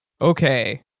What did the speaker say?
Okay